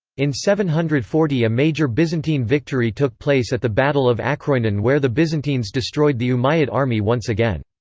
in seven hundred and forty a major byzantine victory took place at the battle of akroinon where the byzantines destroyed the umayyad army once again.